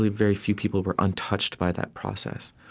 very few people were untouched by that process.